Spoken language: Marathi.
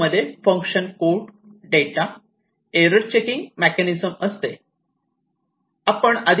PDU मध्ये function code data error checking mechanism असते